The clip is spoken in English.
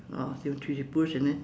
ah one two three push and then